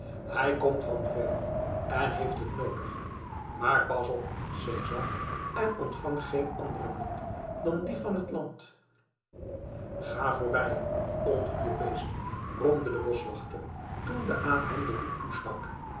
hij komt van verre en heeft het noodig maar pas op cezar en ontvang geen andere munt dan die van het land ga voorbij onguur beest bromde de boschwachter toen de aap hem den hoed toestak